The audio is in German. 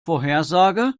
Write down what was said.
vorhersage